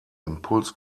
impuls